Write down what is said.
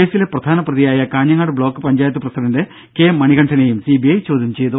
കേസിലെ പ്രധാന പ്രതിയായ Kanhangad block panchayat president K മണികണ്ഠനെയും സി ബി ഐ ചോദ്യം ചെയ്തു